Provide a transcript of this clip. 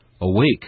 Awake